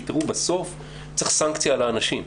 כי תראו, בסוף צריך סנקציה לאנשים.